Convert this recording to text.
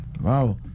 Wow